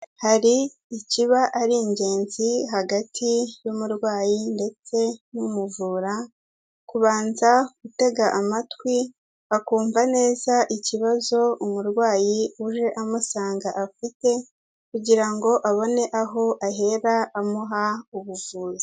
Hari ikiba ari ingenzi hagati y'umurwayi ndetse n'umuvura, kubanza gutega amatwi akumva neza ikibazo umurwayi uje amusanga afite, kugira ngo abone aho ahera amuha ubuvuzi.